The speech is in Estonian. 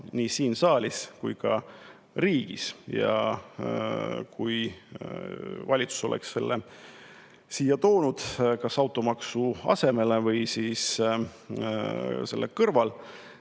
nii siin saalis kui ka kogu riigis. Kui valitsus oleks selle siia toonud kas automaksu asemel või selle kõrval,